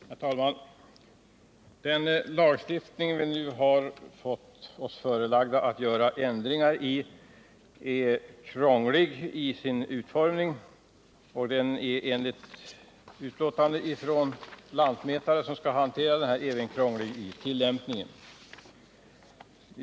Herr talman! Den lagstiftning vi nu har fått oss förelagd att göra ändringar i är krånglig i sin utformning, och enligt utlåtande från lantmätare som skall hantera den är den krånglig i tillämpningen.